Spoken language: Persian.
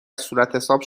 صورتحساب